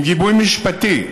עם גיבוי משפטי,